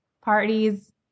parties